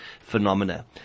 phenomena